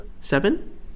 Seven